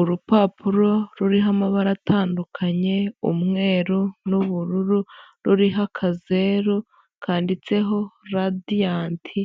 Urupapuro ruriho amabara atandukanye, umweru n'ubururu, ruriho akazeru kanditseho Radiyanti